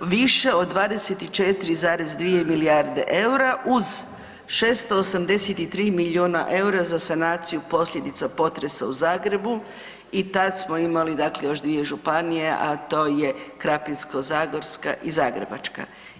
više od 24,2 milijarde EUR-a uz 683 milijuna EUR-a za sanaciju posljedica potresa u Zagrebu i tad smo imali dakle još dvije županije, a to je Krapinsko-zagorska i Zagrebačka.